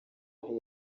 aho